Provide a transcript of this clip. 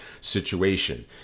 situation